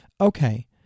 okay